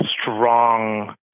strong